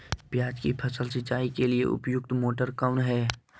प्याज की फसल सिंचाई के लिए उपयुक्त मोटर कौन है?